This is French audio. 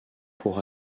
pour